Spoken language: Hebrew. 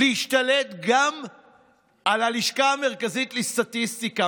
גם על הלשכה המרכזית לסטטיסטיקה,